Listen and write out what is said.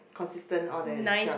consistently all day throughout